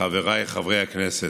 חבריי חברי הכנסת,